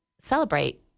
celebrate